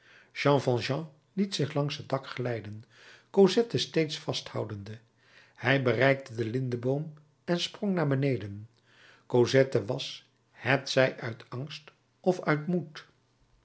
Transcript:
liet zich langs het dak glijden cosette steeds vasthoudende hij bereikte den lindeboom en sprong naar beneden cosette was hetzij uit angst of uit moed